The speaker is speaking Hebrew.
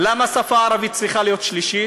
למה השפה הערבית צריכה להיות שלישית,